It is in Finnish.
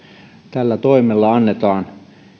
tällä toimella annetaan